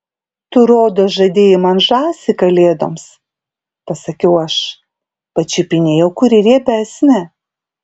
tu rodos žadėjai man žąsį kalėdoms pasakiau aš pačiupinėjau kuri riebesnė